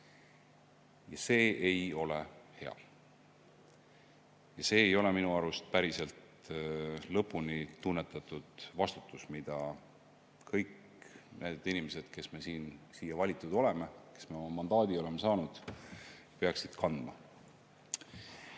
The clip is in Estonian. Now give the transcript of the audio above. Ja see ei ole hea. See ei ole minu arust päriselt lõpuni tunnetatud vastutus, mida kõik need inimesed, kes me siia valitud oleme, kes me oma mandaadi oleme saanud, peaksid kandma.